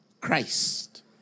Christ